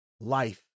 life